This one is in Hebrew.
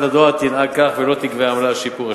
הדואר תנהג כך ולא תגבה עמלה על שיפור השירות.